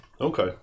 Okay